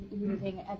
using